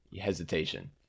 hesitation